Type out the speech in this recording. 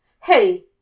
Hey